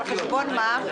על חשבון מה?